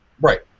Right